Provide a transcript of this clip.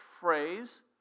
phrase